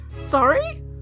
Sorry